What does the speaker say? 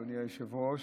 אדוני היושב-ראש.